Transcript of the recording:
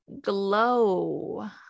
Glow